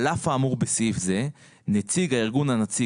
על אף האמור בסעיף הזה נציג הארגון הנציג